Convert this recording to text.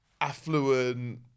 affluent